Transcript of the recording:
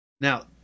Now